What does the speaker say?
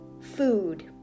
food